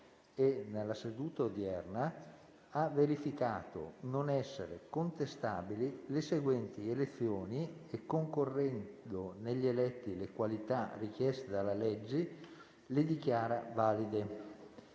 e nella seduta odierna ha verificato non essere contestabili le seguenti elezioni e, concorrendo negli eletti le qualità richieste dalla legge, le dichiara valide: